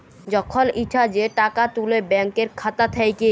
যখল ইছা যে টাকা তুলে ব্যাংকের খাতা থ্যাইকে